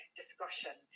discussion